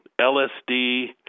LSD